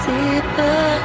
Deeper